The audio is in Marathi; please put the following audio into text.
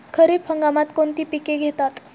खरीप हंगामात कोणती पिके घेतात?